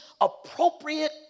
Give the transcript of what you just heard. appropriate